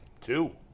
Two